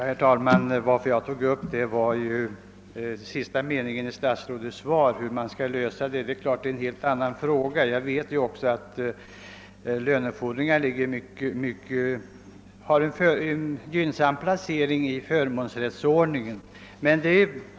Herr talman! Anledningen till att jag tog upp detta problem var den sista meningen i statsrådets svar. Hur frågan bör lösas är naturligtvis någonting helt annat. Jag vet också att lönefordringar har en gynnsam placering i förmånsrättsordningen.